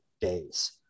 days